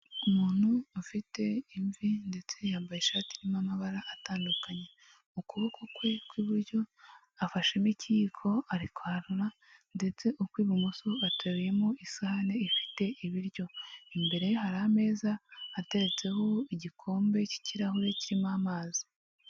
Umuntu ufite imvi ndetse yambaye ishati irimo amabara atandukanye, mu kuboko kwe kw'iburyo afashemo ikiyiko ari kwarura ndetse ukw'ibumoso ateruyemo isahani ifite ibiryo, imbere ye hari ameza ateretseho igikombe cy'ikirahure kirimo amazi.